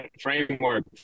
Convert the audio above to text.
framework